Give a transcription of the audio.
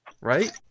right